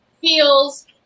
feels